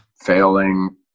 failing